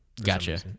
Gotcha